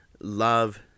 love